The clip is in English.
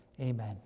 amen